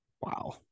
Wow